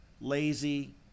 lazy